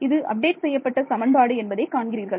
இது அப்டேட் செய்யப்பட்ட சமன்பாடு என்பதை காண்கிறீர்கள்